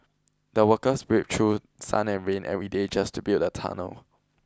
the workers braved through sun and rain every day just to build the tunnel